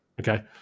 Okay